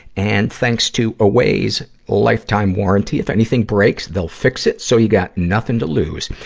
and, thanks to away's lifetime warranty, if anything breaks, they'll fix it, so you've got nothing to lose.